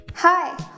hi